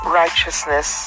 righteousness